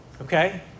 Okay